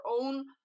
own